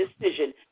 decision